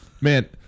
Man